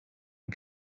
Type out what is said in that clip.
one